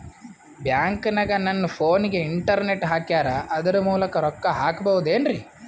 ಬ್ಯಾಂಕನಗ ನನ್ನ ಫೋನಗೆ ಇಂಟರ್ನೆಟ್ ಹಾಕ್ಯಾರ ಅದರ ಮೂಲಕ ರೊಕ್ಕ ಹಾಕಬಹುದೇನ್ರಿ?